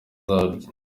zabyo